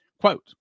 Quote